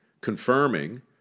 confirming